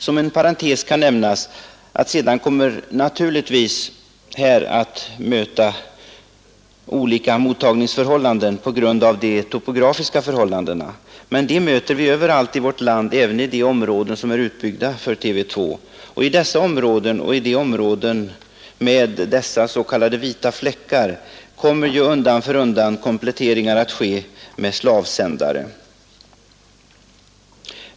Som en parentes kan nämnas att olika mottagningsförhållanden naturligtvis föreligger på grund av topografin, men de problemen möter vi överallt i vårt land, även i de områden som är utbyggda för TV 2. I dessa områden och i områden med s.k. vita fläckar kommer undan för undan kompletteringar med slavsändare.